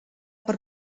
per